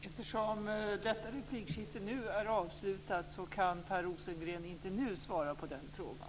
Eftersom detta replikskifte är avslutat så kan Per Rosengren inte nu svara på den frågan.